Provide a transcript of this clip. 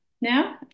now